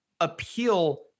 appeal